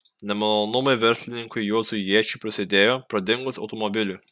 nemalonumai verslininkui juozui jėčiui prasidėjo pradingus automobiliui